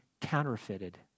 counterfeited